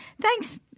thanks